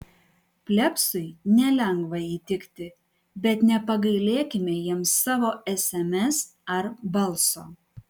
plebsui nelengva įtikti bet nepagailėkime jiems savo sms ar balso